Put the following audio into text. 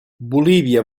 bolívia